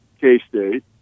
K-State